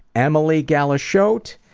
emily galishote,